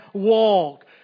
Walk